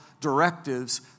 directives